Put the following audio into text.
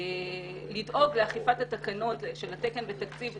לדאוג לאכיפת התקנות לגבי התקן והתקציב.